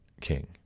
king